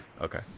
Okay